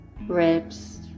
ribs